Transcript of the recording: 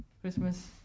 Christmas